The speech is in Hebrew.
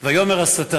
"אז אמר השטן";